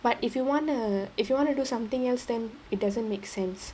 but if you wanna if you wanna do something else then it doesn't make sense